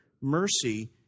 mercy